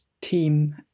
team